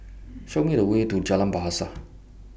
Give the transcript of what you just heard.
Show Me The Way to Jalan Bahasa